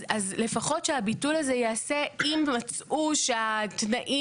אז לפחות שהביטול הזה ייעשה אם יימצאו שהתנאים